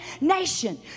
nation